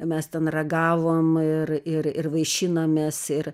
mes ten ragavom ir ir ir vaišinomės ir